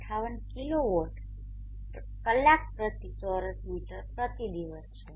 58 kilowatt કલાક પ્રતિ ચોરસ મીટર પ્રતિ દિવસ છે